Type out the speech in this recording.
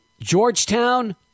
Georgetown